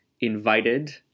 invited